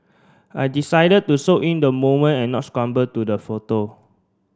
I decided to soak in the moment and not scramble to the photo